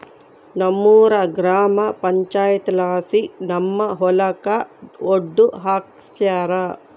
ನಮ್ಮೂರ ಗ್ರಾಮ ಪಂಚಾಯಿತಿಲಾಸಿ ನಮ್ಮ ಹೊಲಕ ಒಡ್ಡು ಹಾಕ್ಸ್ಯಾರ